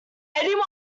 anyone